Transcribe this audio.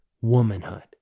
womanhood